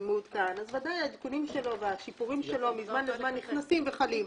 מעודכן אז בוודאי התיקונים שלו והשיפורים שלו מזמן לזמן נכנסים וחלים,